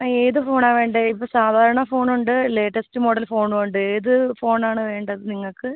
ആ ഏത് ഫോണാ വേണ്ടെ ഇപ്പം സാധാരണ ഫോണൊണ്ട് ലേറ്റസ്റ്റ് മോഡൽ ഫോണും ഉണ്ട് ഏത് ഫോണാണ് വേണ്ടത് നിങ്ങൾക്ക്